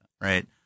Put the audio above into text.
right